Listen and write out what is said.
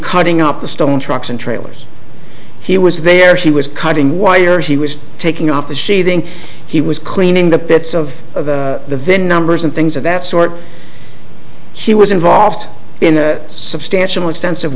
cutting up the stone trucks and trailers he was there he was cutting wire he was taking off the sheathing he was cleaning the pits of the vin numbers and things of that sort he was involved in a substantial extensive